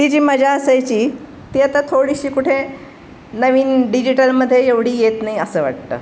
ती जी मजा असायची ती आता थोडीशी कुठे नवीन डिजिटलमध्ये एवढी येत नाही असं वाटतं